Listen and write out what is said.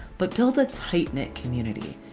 but build a tight-knit community.